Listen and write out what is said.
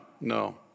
No